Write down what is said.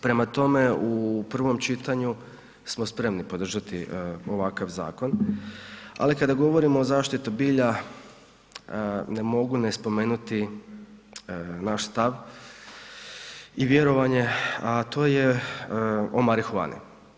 Prema tome, u prvom čitanju smo spremni podržati ovakav zakon, ali kada govorimo o zaštiti bilja ne mogu ne spomenuti naš stav i vjerovanje, a to je o marihuani.